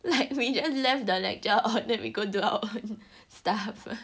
like we just left the lecture hall then we go do our stuff first